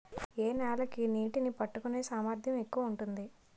ఏ నేల కి నీటినీ పట్టుకునే సామర్థ్యం ఎక్కువ ఉంటుంది?